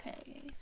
Okay